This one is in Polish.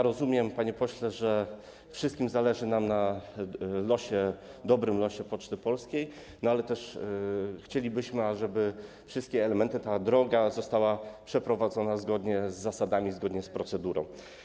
Rozumiem, panie pośle, że wszystkim nam zależy na dobrym losie Poczty Polskiej, ale też chcielibyśmy, ażeby wszystkie elementy, ta droga została przeprowadzona zgodnie z zasadami, zgodnie z procedurą.